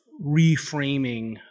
reframing